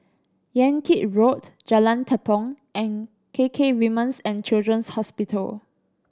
Yan Kit Road Jalan Tepong and K K Women's And Children's Hospital